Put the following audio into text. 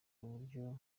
uburyo